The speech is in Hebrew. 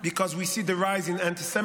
because we see the rising antisemitism,